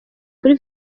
kuri